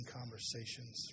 conversations